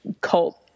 cult